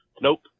Nope